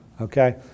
Okay